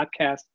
podcast